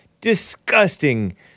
disgusting